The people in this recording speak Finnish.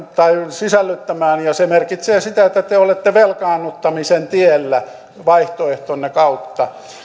sisällyttämään ja se merkitsee sitä että te olette velkaannuttamisen tiellä vaihtoehtonne kautta